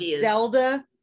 zelda